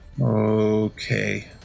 Okay